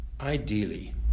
ideally